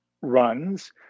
runs